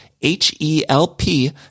H-E-L-P